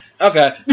Okay